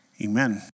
amen